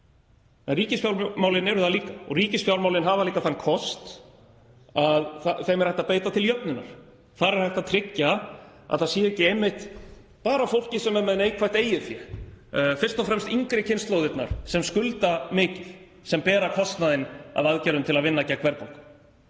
en ríkisfjármálin eru það líka og ríkisfjármálin hafa líka þann kost að þeim er hægt að beita til jöfnunar. Þar er hægt að tryggja að það sé ekki einmitt bara fólkið sem er með neikvætt eigið fé, fyrst og fremst yngri kynslóðirnar sem skulda mikið sem bera kostnaðinn af aðgerðum til að vinna gegn verðbólgu.